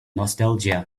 nostalgia